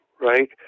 right